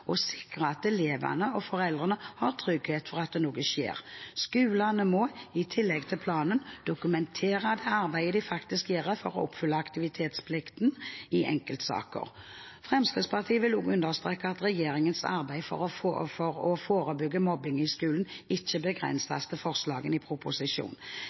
sikre at eleven og foreldrene har trygghet for at noe skjer. Skolene må – i tillegg til planen – dokumentere det arbeidet de faktisk gjør for å oppfylle aktivitetsplikten i enkeltsaker. Fremskrittspartiet vil også understreke at regjeringens arbeid for å forebygge mobbing i skolen ikke begrenser seg til forslagene i